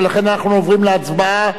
לכן אנחנו עוברים להצבעה.